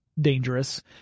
dangerous